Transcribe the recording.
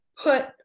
Put